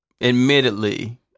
Admittedly